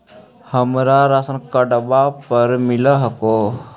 हमरा राशनकार्डवो पर मिल हको?